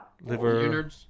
Liver